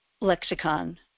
lexicon